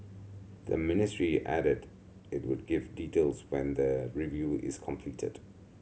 the ministry added that it would give details when the review is completed